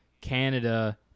Canada